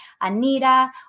Anita